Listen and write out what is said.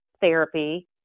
therapy